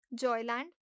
Joyland